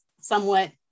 somewhat